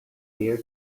here